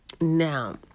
Now